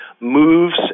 moves